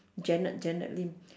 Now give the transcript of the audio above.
janet janet lim